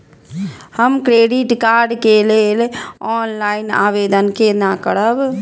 हम credit card के लेल ऑनलाइन आवेदन केना करब?